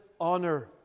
honor